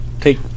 take